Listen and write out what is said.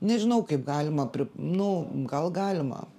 nežinau kaip galima pri nu gal galima